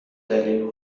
دلیل